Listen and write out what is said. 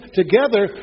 together